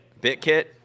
Bitkit